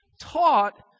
taught